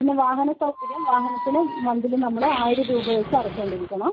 പിന്നെ വാഹനസൗകര്യം വാഹനത്തിന് നമ്മള് മന്തിലി ആയിരം രൂപ വെച്ച് അടച്ചുകൊണ്ടിരിക്കണം